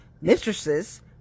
mistresses